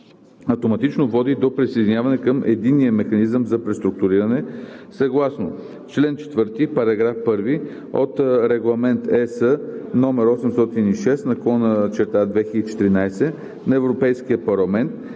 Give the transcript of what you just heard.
автоматично води до присъединяване към Единния механизъм за преструктуриране съгласно член 4, параграф 1 от Регламент (ЕС) № 806/2014 на Европейския парламент